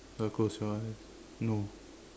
wanna close your eyes no